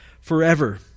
forever